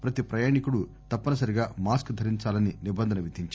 ప్రతి ప్రయాణికుడు తప్పని సరిగా మాస్క్ ధరించాలని నిబంధన విధించారు